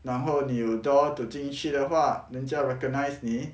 然后你有 door to 进去的话人家 recognise 你